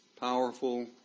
powerful